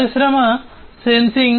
పరిశ్రమకు సెన్సింగ్